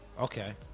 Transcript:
Okay